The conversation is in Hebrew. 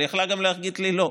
אבל היא יכלה גם להגיד לי לא,